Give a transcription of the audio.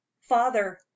father